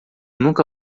nunca